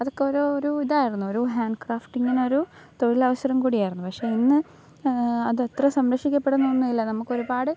അതൊക്കെ ഓരോ ഒരു ഇതായിരുന്നു ഒരു ഹാൻ ക്രാഫ്റ്റിങിനൊരു തൊഴിലവസരം കൂടി ആയിരുന്നു പക്ഷേ ഇന്ന് അതത്ര സംരക്ഷിക്കപ്പെടുന്നൊന്നുമില്ല നമുക്ക് ഒരുപാട്